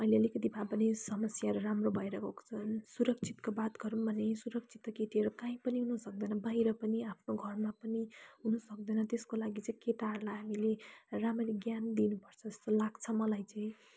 अहिले अलिकति भए पनि समस्याहरू राम्रो भएर गएको छन् सुरक्षितको बात गरौँ भने सुरक्षित त केटीहरू काहीँ पनि हुनुसक्दैन बाहिर पनि आफ्नो घरमा पनि हुनुसक्दैन त्यसको लागि चाहिँ केटाहरूलाई हामीले राम्ररी ज्ञान दिनुपर्छ जस्तो लाग्छ मलाई चाहिँ